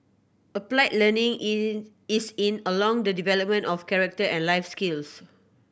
applied learning in is in along the development of character and life skills